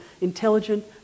Intelligent